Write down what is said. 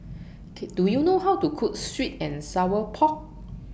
K Do YOU know How to Cook Sweet and Sour Pork